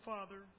Father